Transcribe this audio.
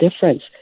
difference